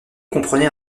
comprenait